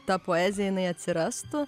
ta poezija jinai atsirastų